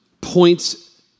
points